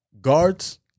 guards